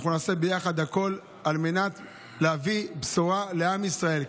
נעשה יחד הכול כדי להביא בשורה לעם ישראל,